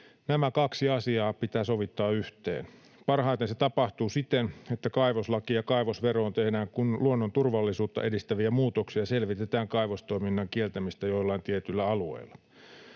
Nämä kaksi asiaa pitää sovittaa yhteen. Parhaiten se tapahtuu siten, että kaivoslakiin ja kaivosveroon tehdään luonnon turvallisuutta edistäviä muutoksia ja selvitetään kaivostoiminnan kieltämistä joillain tietyillä alueilla.